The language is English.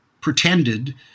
pretended